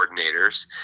coordinators